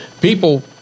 people